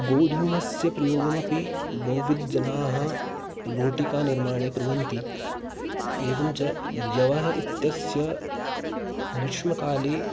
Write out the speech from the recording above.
गोधूमस्य प्रयोगमपि बहुविधजनाः रोटिकानिर्माणे कुर्वन्ति एवञ्च यवः इत्यस्य ग्रीष्मकाले